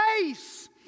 face